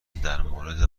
درمورد